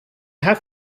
have